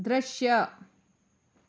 ದೃಶ್ಯ